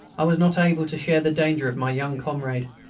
i was not able to share the danger of my young comrade,